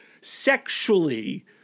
sexually